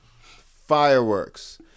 Fireworks